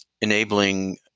enabling